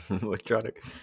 Electronic